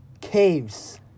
Caves